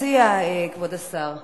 מה מציע כבוד השר?